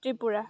Tripura